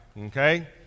okay